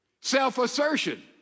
Self-assertion